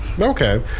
Okay